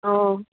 অঁ